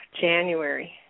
January